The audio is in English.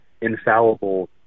infallible